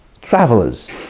Travelers